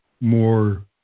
more